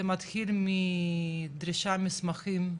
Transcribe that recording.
זה מתחיל מדרישת מסמכים,